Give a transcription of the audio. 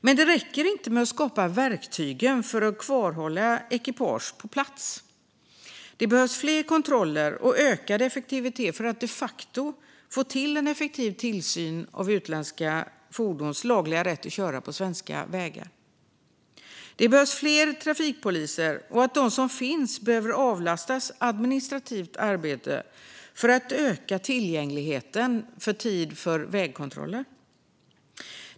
Men det räcker inte att skapa verktygen för att kvarhålla ekipage på plats. Det behövs fler kontroller och ökad effektivitet för att de facto få till en effektiv tillsyn av utländska fordons lagliga rätt att köra på svenska vägar. Det behövs fler trafikpoliser, och de som finns behöver avlastas administrativt arbete för att tillgänglig tid för vägkontroller ska öka.